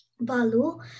Balu